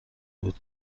بود